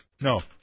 no